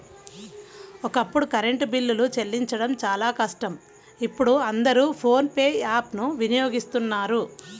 ఒకప్పుడు కరెంటు బిల్లులు చెల్లించడం చాలా కష్టం ఇప్పుడు అందరూ ఫోన్ పే యాప్ ను వినియోగిస్తున్నారు